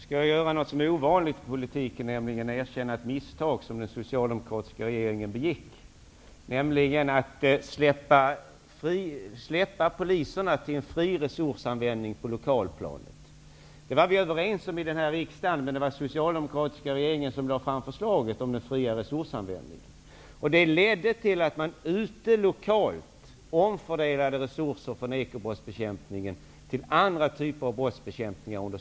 Herr talman! Nu skall jag göra någonting som är ovanligt i politiken, nämligen erkänna ett misstag som den socialdemokratiska regeringen begick. Misstaget bestod i att tillåta en fri resursanvändning av polisresurserna på det lokala planet. Det var vi överens om här i riksdagen, men det var den socialdemokratiska regeringen som lade fram förslaget om den fria resursanvändningen. Det ledde till att man under slutet av 80-talet lokalt omfördelade resurser från ekobrottsbekämpningen till andra typer av brottsbekämpning.